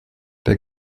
der